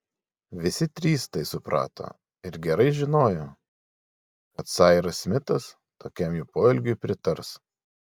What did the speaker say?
visi trys tai suprato ir gerai žinojo kad sairas smitas tokiam jų poelgiui pritars